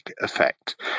effect